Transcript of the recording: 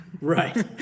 Right